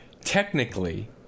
Technically